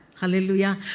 Hallelujah